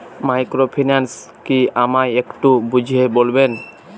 Microfinance কি আমায় একটু বুঝিয়ে বলবেন?